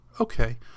Okay